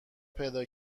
پیدا